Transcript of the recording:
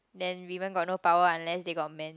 then women got no power unless they got man